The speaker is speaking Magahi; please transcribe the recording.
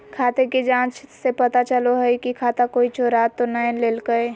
खाते की जाँच से पता चलो हइ की खाता कोई चोरा तो नय लेलकय